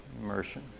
immersion